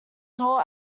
saw